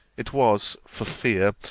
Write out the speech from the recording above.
it was for fear,